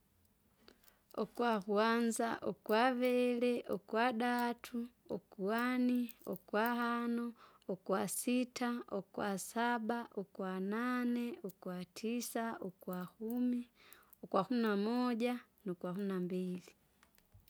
Ukwa kwanza, ukwavili, ukwadatu, ukwani, ukwahano, ukwasita, ukwasaba, ukwanane, ukwatisa, ukwakumi, ukwakumi namoja, nukwakumi nambili.